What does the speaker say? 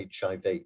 HIV